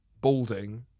balding